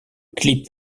clip